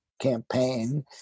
campaign